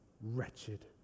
wretched